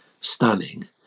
stunning